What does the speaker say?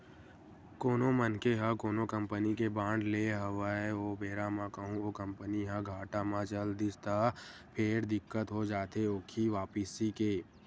कोनो मनखे ह कोनो कंपनी के बांड लेय हवय ओ बेरा म कहूँ ओ कंपनी ह घाटा म चल दिस त फेर दिक्कत हो जाथे ओखी वापसी के